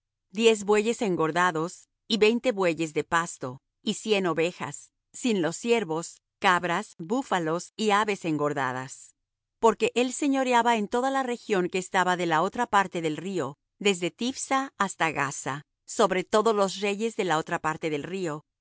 diez bueyes engordados y veinte bueyes de pasto y cien ovejas sin los ciervos cabras búfalos y aves engordadas porque él señoreaba en toda la región que estaba de la otra parte del río desde tiphsa hasta gaza sobre todos los reyes de la otra parte del río